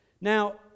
Now